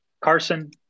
Carson